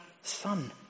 son